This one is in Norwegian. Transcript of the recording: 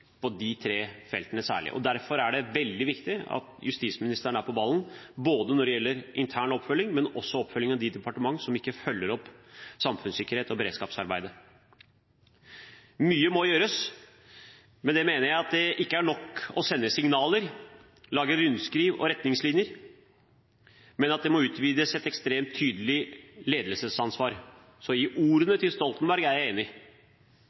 på de tre feltene. Derfor er det veldig viktig at justisministeren er på ballen, både når det gjelder intern oppfølging og oppfølging av de departementer som ikke følger opp samfunnssikkerhets- og beredskapsarbeidet. Mye må gjøres. Med det mener jeg at det ikke er nok å sende signaler, lage rundskriv og retningslinjer, men at det må utvises et ekstremt tydelig ledelsesansvar. Så ordene til Stoltenberg er jeg enig